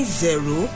zero